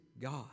God